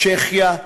צ'כיה,